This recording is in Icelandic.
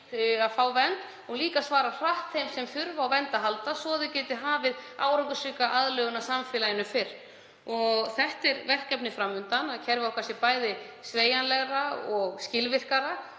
að fá vernd og líka að svara hratt þeim sem þurfa á vernd að halda svo að þeir geti hafið árangursríka aðlögun að samfélaginu fyrr. Þetta er verkefnið fram undan, að kerfið okkar sé bæði sveigjanlegra og skilvirkara.